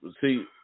see